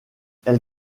elle